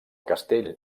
castell